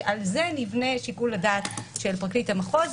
כשעל זה נבנה שיקול הדעת של פרקליט המחוז,